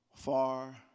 Far